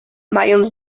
mając